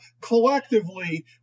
collectively